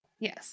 Yes